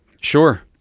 Sure